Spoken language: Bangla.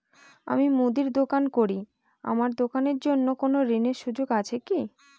আমি মুদির দোকান করি আমার দোকানের জন্য কোন ঋণের সুযোগ আছে কি?